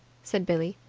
said billie.